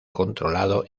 controlado